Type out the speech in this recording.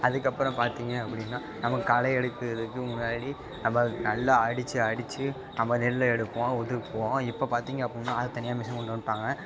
அதுக்கப்புறம் பார்த்திங்க அப்படின்னா நமக்கு களை எடுப்பதற்கு முன்னாடி அதாவது நல்லா அடித்து அடித்து நம்ம நெல்லை எடுப்போம் உதுர்ப்போம் இப்போ பார்த்திங்க அப்புடினா அதுக்கு தனியாக மிஷின் கொண்டு வந்துட்டாங்க